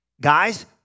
Guys